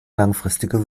langfristiger